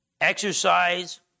exercise